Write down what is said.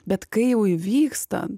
bet kai jau įvyksta